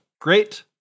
Great